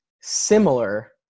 similar